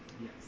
Yes